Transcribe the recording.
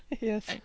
Yes